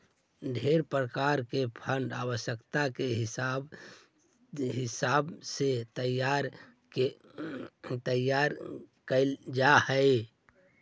ढेर प्रकार के फंड आवश्यकता के हिसाब से तैयार कैल जात हई